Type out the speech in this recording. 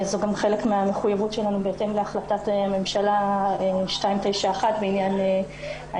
זה גם חלק מהמחויבות שלנו בהתאם להחלטת ממשלה 291 שקשורה